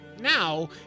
Now